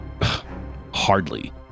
hardly